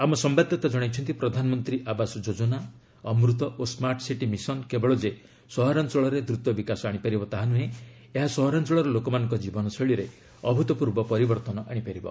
ଆମ ସମ୍ଭାଦଦାତା ଜଣାଇଛନ୍ତି ପ୍ରଧାନମନ୍ତ୍ରୀ ଆବାସ ଯୋଜନା ଅମୃତ ଓ ସ୍କାର୍ଟସିଟି ମିଶନ କେବଳ ଯେ ସହରାଞ୍ଚଳରେ ଦ୍ରୁତ ବିକାଶ ଆଣିପାରିବ ତାହାନୁହେଁ ଏହା ସହରାଞ୍ଚଳର ଲୋକମାନଙ୍କ ଜୀବନଶୈଳୀରେ ଅଭୂତପୂର୍ବ ପରିବର୍ତ୍ତନ ଆଣିବ